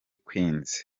queens